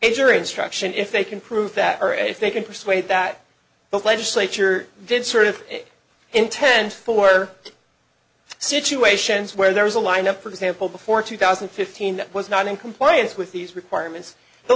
jury instruction if they can prove that or if they can persuade that the legislature did sort of intent for situations where there is a lineup for example before two thousand and fifteen that was not in compliance with these requirements the